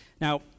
Now